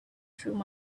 through